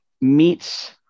meets